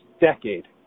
decade